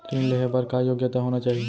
ऋण लेहे बर का योग्यता होना चाही?